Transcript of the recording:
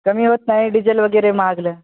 कमी होत नाही डिजेल वगैरे महागलं